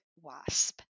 wasp